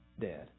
dead